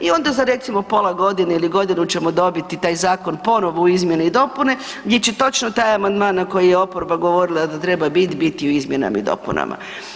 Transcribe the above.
I onda recimo za pola godine ili godinu ćemo dobiti taj zakon ponovo u izmjene i dopune gdje će točno taj amandman na koji je oporba govorila da treba biti, biti u izmjenama i dopunama.